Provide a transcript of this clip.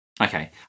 Okay